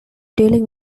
dealing